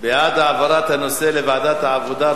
להעביר את הנושא לוועדת העבודה,